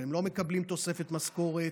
והם לא מקבלים תוספת משכורת,